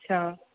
अच्छा